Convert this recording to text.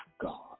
God